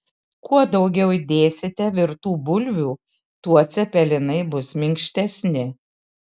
kuo daugiau įdėsite virtų bulvių tuo cepelinai bus minkštesni